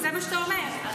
זה מה שאתה אומר?